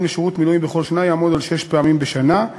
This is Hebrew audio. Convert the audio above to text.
לשירות מילואים בכל שנה יעמוד על שש פעמים בשנה,